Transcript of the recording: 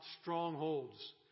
strongholds